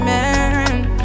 Man